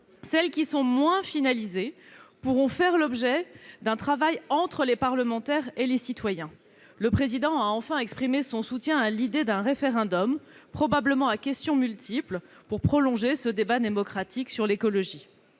Celles qui sont moins finalisées pourront donner lieu à un travail entre les parlementaires et les citoyens. Enfin, le chef de l'État a exprimé son soutien à l'idée d'un référendum, probablement à questions multiples, pour prolonger ce débat démocratique sur l'écologie.